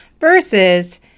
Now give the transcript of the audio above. versus